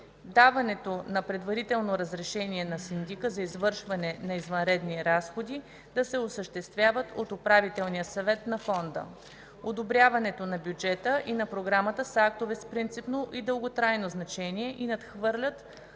даването на предварително разрешение на синдика за извършване на извънредни разходи да се осъществяват от управителния съвет на Фонда. Одобряването на бюджета и на програмата са актове с принципно и дълготрайно значение и надхвърлят